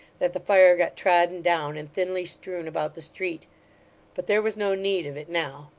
that the fire got trodden down and thinly strewn about the street but there was no need of it now,